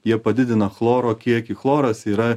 jie padidina chloro kiekį chloras yra